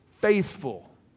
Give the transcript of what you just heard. faithful